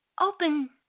open